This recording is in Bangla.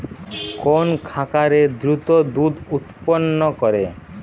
কোন খাকারে দ্রুত দুধ উৎপন্ন করে?